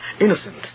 innocent